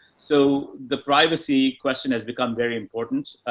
so the privacy question has become very important.